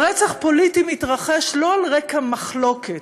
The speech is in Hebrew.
ורצח פוליטי מתרחש לא על רקע מחלוקת,